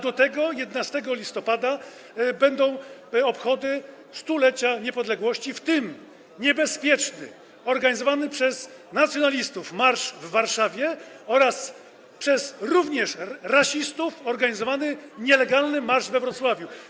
Do tego 11 listopada będą obchody 100-lecia niepodległości, w tym niebezpieczny, organizowany przez nacjonalistów marsz w Warszawie oraz - również przez rasistów organizowany - nielegalny marsz we Wrocławiu.